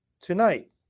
tonight